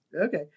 Okay